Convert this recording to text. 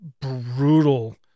brutal